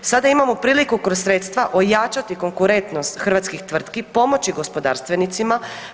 Sada imamo priliku kroz sredstva ojačati konkurentnost hrvatskih tvrtki i pomoći gospodarstvenicima.